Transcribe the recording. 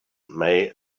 may